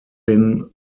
thin